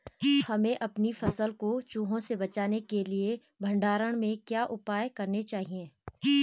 हमें अपनी फसल को चूहों से बचाने के लिए भंडारण में क्या उपाय करने चाहिए?